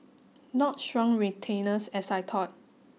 not strong retainers as I thought